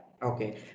Okay